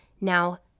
Now